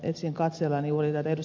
etsin katseellani juuri täältä ed